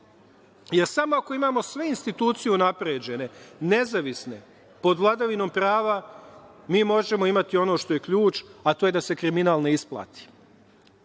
Jer, samo ako imamo sve institucije unapređene, nezavisne, pod vladavinom prava mi možemo imati ono što je ključ, a to je da se kriminal ne isplati